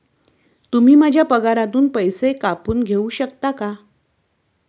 तुम्ही माझ्या पगारातून पैसे कापून घेऊ शकता का?